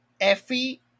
Effie